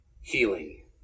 healing